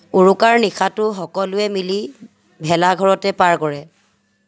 উৰুকাৰ নিশাটো সকলোৱে মিলি ভেলাঘৰতে পাৰ কৰে